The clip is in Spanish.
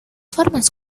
formas